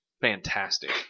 fantastic